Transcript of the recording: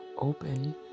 open